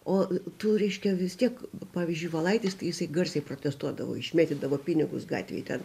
o tu reiškia vis tiek pavyzdžiui valaitistai jisai garsiai protestuodavo išmėtydavo pinigus gatvėj ten